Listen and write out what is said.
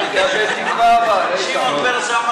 אל תאבד תקווה, אבל, איתן.